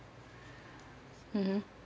mmhmm